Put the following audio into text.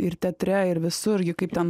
ir teatre ir visur ji kaip ten